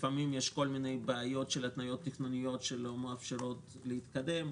לפעמים יש כל מיני בעיות של התניות תכנוניות שלא מאפשרות להתקדם,